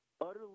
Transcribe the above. utterly